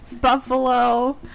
Buffalo